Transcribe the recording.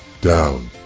down